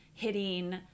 hitting